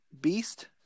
beast